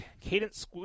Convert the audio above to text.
Cadence